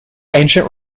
ancient